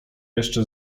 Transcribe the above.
jeszcze